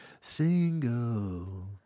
single